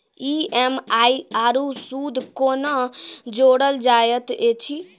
EMI आरू सूद कूना जोड़लऽ जायत ऐछि?